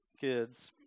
kids